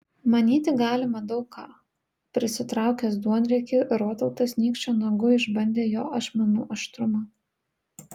manyti galima daug ką prisitraukęs duonriekį rotautas nykščio nagu išbandė jo ašmenų aštrumą